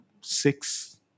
six